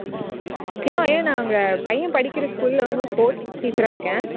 hello அய்யா நான் அங்கே பையன் படிக்கிற ஸ்கூலில் வந்து ஸ்போர்ட்ஸ் டீச்சராக இருக்கேன்